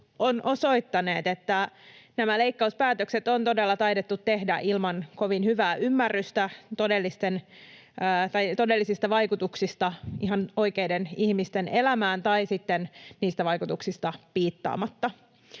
ovat osoittaneet, että nämä leikkauspäätökset on todella taidettu tehdä ilman kovin hyvää ymmärrystä todellisista vaikutuksista ihan oikeiden ihmisten elämään tai sitten niistä vaikutuksista piittaamatta.